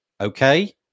okay